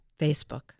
Facebook